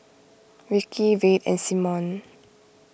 Vickey Red and Simone